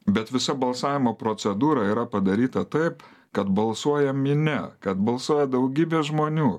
bet visa balsavimo procedūra yra padaryta taip kad balsuoja minia kad balsuoja daugybė žmonių